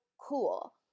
cool